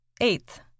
Eighth